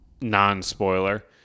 non-spoiler